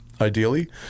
ideally